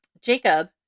Jacob